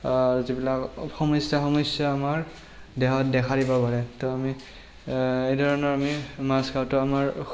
যিবিলাক সমস্যা সমস্যা আমাৰ দেহত দেখা দিব পাৰে ত আমি এইধৰণৰ আমি মাছ খাওঁতে আমাৰ